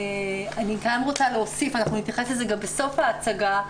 אנחנו נתייחס לזה בסוף ההצגה,